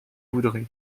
voudrez